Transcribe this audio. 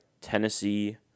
Tennessee